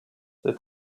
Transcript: the